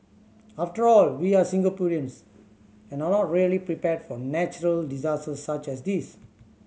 after all we're Singaporeans and are not really prepared for natural disasters such as this